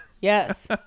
Yes